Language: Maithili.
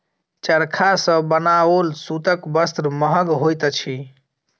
चरखा सॅ बनाओल सूतक वस्त्र महग होइत अछि